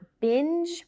Binge